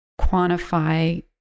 quantify